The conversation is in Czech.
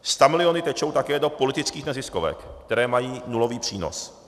Stamiliony tečou také do politických neziskovek, které mají nulový přínos.